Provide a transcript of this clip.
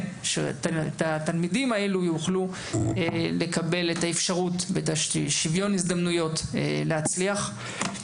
שהתלמידים האלו יוכלו לקבל את האפשרות ואת שוויון ההזדמנויות להצליח.